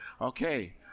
Okay